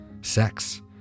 Sex